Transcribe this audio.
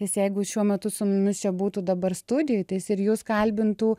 jis jeigu šiuo metu su mumis čia būtų dabar studijoje tai jis ir jus kalbintų